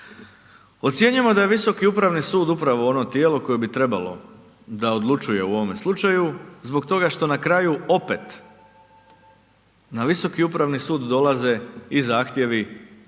Ocjenjujemo da je Visoki upravi sud upravo ono tijelo koje bi trebalo da odlučuje u ovome slučaju, zbog toga što na kraju opet na Visoki upravni sud dolaze i zahtjevi po